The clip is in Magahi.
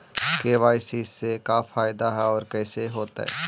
के.वाई.सी से का फायदा है और कैसे होतै?